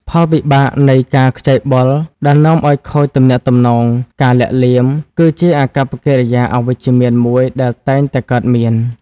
ផលវិបាកនៃការខ្ចីបុលដែលនាំឲ្យខូចទំនាក់ទំនង ការលាក់លៀម គឺជាអាកប្បកិរិយាអវិជ្ជមានមួយដែលតែងតែកើតមាន។